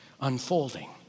unfolding